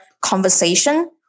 conversation